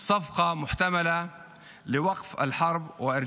חבר הכנסת אחמד טיבי, עשר